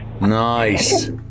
Nice